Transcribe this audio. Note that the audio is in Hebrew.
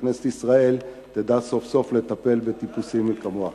כנסת ישראל תדע סוף-סוף לטפל בטיפוסים כמוה.